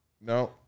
No